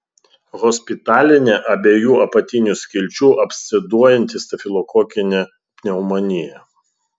hospitalinė abiejų apatinių skilčių absceduojanti stafilokokinė pneumonija